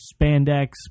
spandex